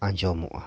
ᱟᱸᱡᱚᱢᱚᱜᱼᱟ